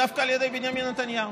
דווקא על ידי בנימין נתניהו.